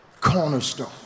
cornerstone